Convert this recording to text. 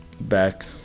back